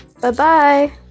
Bye-bye